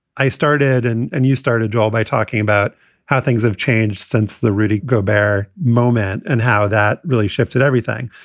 i started and and you started all by talking about how things have changed since the really go bare moment and how that really shifted everything.